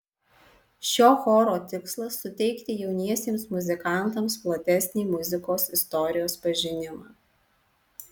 šio choro tikslas suteikti jauniesiems muzikantams platesnį muzikos istorijos pažinimą